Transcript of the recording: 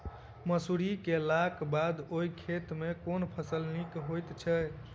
मसूरी केलाक बाद ओई खेत मे केँ फसल नीक होइत छै?